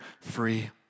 free